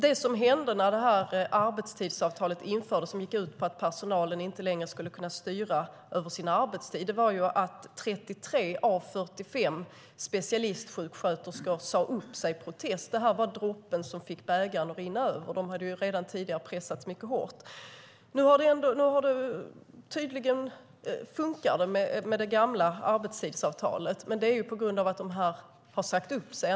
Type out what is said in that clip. Det som hände när arbetstidsavtalet infördes - det gick ut på att personalen inte längre skulle kunna styra över sin arbetstid - var att 33 av 45 specialistsjuksköterskor sade upp sig i protest. Detta var droppen som fick bägaren att rinna över. De hade redan tidigare pressats mycket hårt. Nu funkar det tydligen ändå med det gamla arbetstidsavtalet, men det är på grund av att sköterskorna har sagt upp sig.